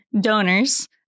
donors